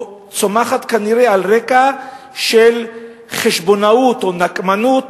צומחת כנראה על רקע של חשבונאות או נקמנות